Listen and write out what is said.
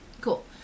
Cool